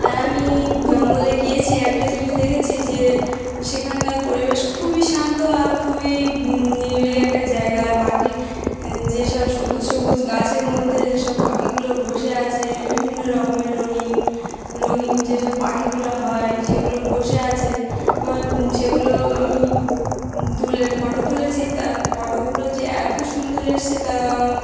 আর আমি জঙ্গলে গিয়েছি একটা জিনিস দেখেছি যে সেখানকার পরিবেশ খুবই শান্ত আর খুবই নিরবিলি একটা জায়গা আর পাখি যেসব সবুজ সবুজ গাছের মধ্যে যেসব পাখিগুলো বসে আছে বিভিন্ন রকমের রঙিন রঙিন যেসব পাখিগুলো হয় সেগুলো বসে আছে আমার সেগুলো আমি তুলে ফটো তুলেছি তার ফটোগুলো যে এত সুন্দর এসছে তা আমার